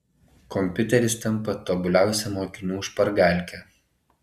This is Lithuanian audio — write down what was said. kompiuteris tampa tobuliausia mokinių špargalke